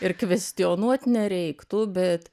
ir kvestionuot nereiktų bet